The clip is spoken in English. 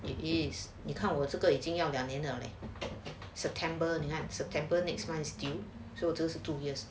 it is 你看我这个已经要两年了 leh early september at september next month's due so 我这个是 two years